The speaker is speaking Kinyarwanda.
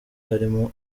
harimo